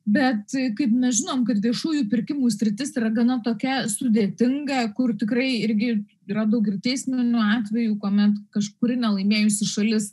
bet kaip mes žinom kad viešųjų pirkimų sritis yra gana tokia sudėtinga kur tikrai irgi yra daug ir teisminių atvejų kuomet kažkuri nelaimėjusi šalis